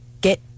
get